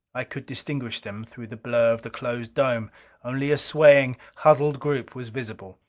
i could distinguish them through the blur of the closed dome only a swaying, huddled group was visible.